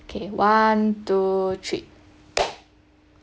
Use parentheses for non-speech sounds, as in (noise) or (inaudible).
okay one two three (noise)